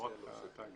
לא רק לתאגידים.